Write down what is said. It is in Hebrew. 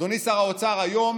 אדוני שר האוצר, היום